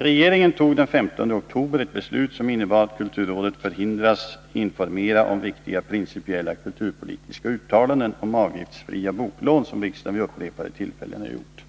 Regeringen fattade den 15 oktober ett beslut som innebar att kulturrådet förhindras informera om viktiga principiella kulturpolitiska uttalanden om avgiftsfria boklån, som riksdagen vid upprepade tillfällen har gjort.